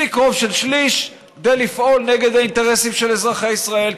מספיק רוב של שליש כדי לפעול נגד האינטרסים של אזרחי ישראל,